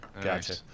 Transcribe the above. gotcha